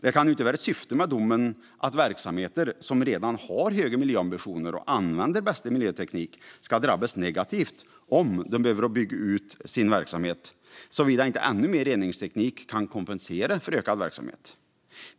Det kan ju inte vara syftet med domen att verksamheter som redan har höga miljöambitioner och använder bästa miljöteknik ska drabbas negativt om de behöver bygga ut sin verksamhet, såvida ännu mer reningsteknik kan kompensera för ökad verksamhet.